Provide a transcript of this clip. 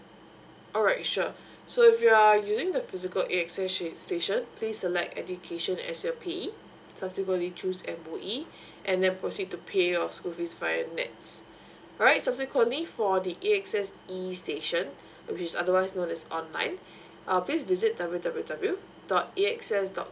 alright sure so if you are using the physical A access station please select education as your payee subsequently choose M_O_E and then proceed to pay your school fees via nets right subsequently for the A access E station which is otherwise known as online uh please visit W W W dot E access dot